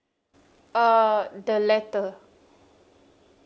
uh the latter